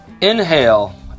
Inhale